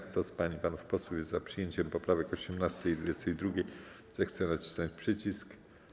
Kto z pań i panów posłów jest za przyjęciem poprawek 18. i 22., zechce nacisnąć przycisk.